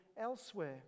elsewhere